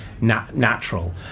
natural